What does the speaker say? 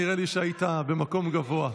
נראה לי שהיית במקום גבוה.